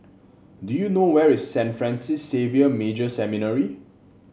do you know where is Saint Francis Xavier Major Seminary